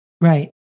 Right